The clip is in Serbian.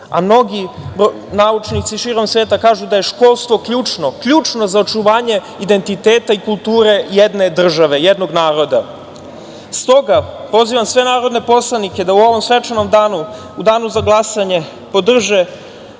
a mnogi naučnici širom sveta kažu da je školstvo ključno, ključno za očuvanje identiteta i kulture jedne države, jednog naroda. Stoga pozivam sve narodne poslanike da u ovom svečanom danu, u danu za glasanje podrže